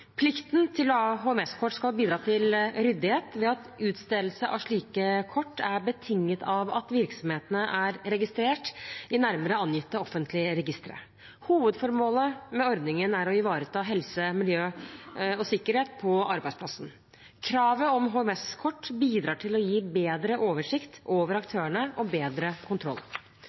Plikten til å ha HMS-kort skal bidra til ryddighet ved at utstedelsen av slike kort er betinget av at virksomheten er registrert i nærmere angitte offentlige registre. Hovedformålet med ordningen er å ivareta helse-, miljø og sikkerhet på arbeidsplassen. Kravet om HMS-kort bidrar til å gi bedre oversikt over aktørene og bedre kontroll.